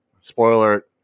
spoiler